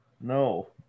no